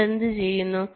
നിങ്ങൾ എന്തുചെയ്യുന്നു